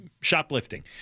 shoplifting